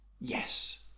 yes